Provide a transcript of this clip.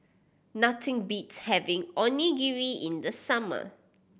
nothing beats having Onigiri in the summer